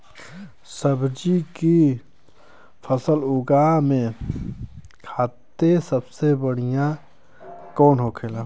सब्जी की फसल उगा में खाते सबसे बढ़ियां कौन होखेला?